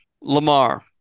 Lamar